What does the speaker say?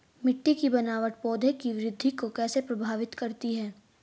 मिट्टी की बनावट पौधों की वृद्धि को कैसे प्रभावित करती है?